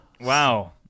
wow